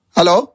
Hello